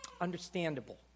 understandable